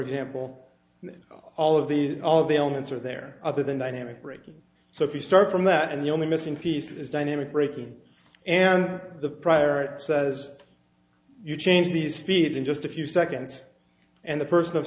example all of these all of the elements are there other than dynamic braking so if you start from that and the only missing piece is dynamic braking and the prior art says you change the speed in just a few seconds and the person of